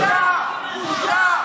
חברת הכנסת שיר, קריאה שלישית, נא לצאת.